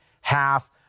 half